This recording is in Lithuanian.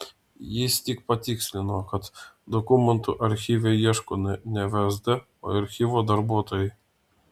jis tik patikslino kad dokumentų archyve ieško ne vsd o archyvo darbuotojai